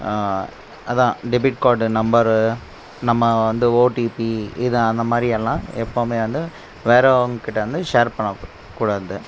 அதான் debit card number நம்ம வந்து ஓடிபி இதான் அந்த மாதிரியெல்லாம் எப்போதுமே வந்து வேறவங்கிட்ட வந்து ஷேர் பண்ண கூடாது